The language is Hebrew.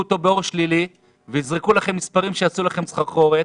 אותו באור שלילי ויזרקו לכם מספרים שיעשו לכם סחרחורת.